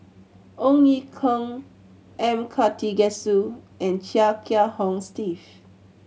Ong Ye Kung M Karthigesu and Chia Kiah Hong Steve